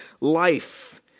life